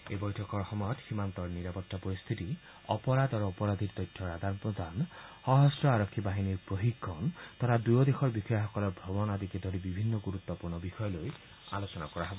এই বৈঠকৰ সময়ত সীমান্তৰ নিৰাপত্তাৰ পৰিস্থিতি অপৰাধ আৰু অপৰাধীৰ তথ্য আদান প্ৰদান সশস্ত্ৰ আৰক্ষী বাহিনীৰ প্ৰশিক্ষণ তথা দুয়ো দেশৰ বিষয়াসকলৰ মাজত পৰস্পৰ ভ্ৰমণ আদিকে ধৰি বিভিন্ন গুৰুত্বপূৰ্ণ বিষয়ৰ আলোচনা কৰা হ'ব